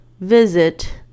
visit